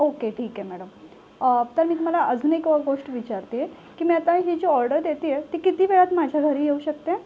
okay ठीक आहे madam तर मी तुम्हाला अजून एक गोष्ट विचारते की मी आता ही जी ऑर्डर देते आहे ती किती वेळात माझ्या घरी येऊ शकते